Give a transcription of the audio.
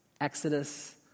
Exodus